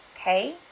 okay